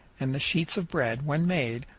and the sheets of bread, when made,